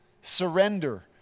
Surrender